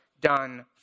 done